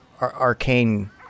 arcane